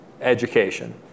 education